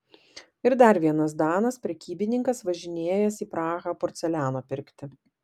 ir dar vienas danas prekybininkas važinėjęs į prahą porceliano pirkti